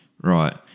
right